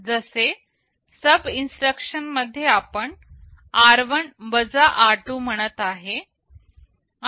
जसे SUB instruction मध्ये आपण r1 r2 म्हणत आहे